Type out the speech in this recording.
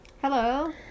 Hello